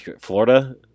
Florida